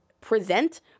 present